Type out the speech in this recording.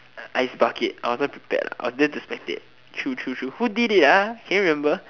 ice bucket I wasn't prepared lah I didn't expect it true true true who did it ah can you remember